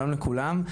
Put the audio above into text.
שלום לכולם.